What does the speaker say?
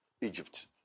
Egypt